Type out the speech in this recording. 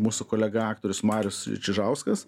mūsų kolega aktorius marius čižauskas